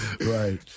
Right